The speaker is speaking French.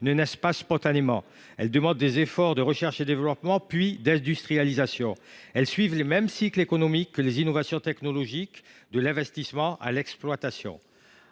ne naissent pas spontanément. Elles demandent des efforts de recherche et développement, puis d’industrialisation. Elles suivent les mêmes cycles économiques que les innovations technologiques, de l’investissement à l’exploitation.